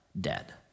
dead